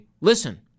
listen